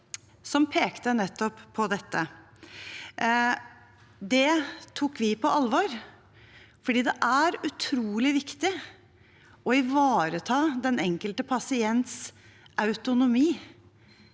som pekte nettopp på dette. Det tok vi på alvor, for det er utrolig viktig å ivareta den enkelte pasients autonomi